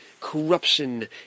corruption